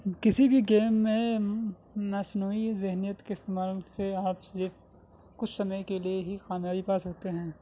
کسی بھی گیم میں مصنوعی ذہنیت کے استعمال سے آپ صرف کچھ سمے کے لئے ہی کامیابی پا سکتے ہیں